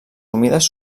humides